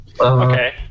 Okay